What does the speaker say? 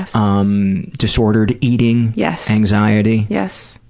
um disordered eating. yes. anxiety. yes.